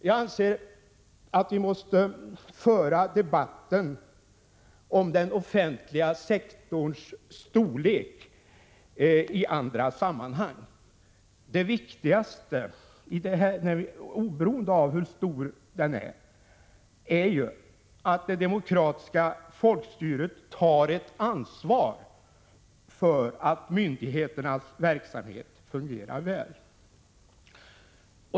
Jag anser att debatten om den offentliga sektorns storlek måste föras i andra sammanhang. Det viktigaste är — oberoende av hur stor den är — att det demokratiska folkstyret tar ett ansvar för att myndigheternas verksamhet fungerar väl.